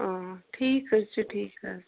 ٹھیٖک حظ چھُ ٹھیٖک حظ چھُ